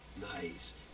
Nice